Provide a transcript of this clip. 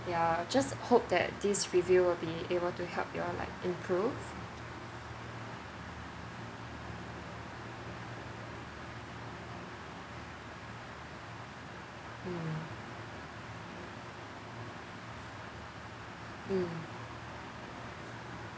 yeah just hope that this review will be able to help you all like improve mm mm